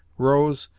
rose,